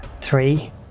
Three